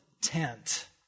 tent